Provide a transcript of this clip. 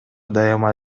дайыма